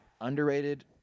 underrated